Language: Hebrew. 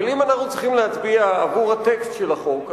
אבל אם אנחנו צריכים להצביע עבור הטקסט של החוק,